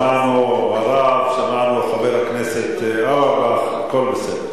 שמענו הרב, שמענו את חבר הכנסת אורבך, הכול בסדר.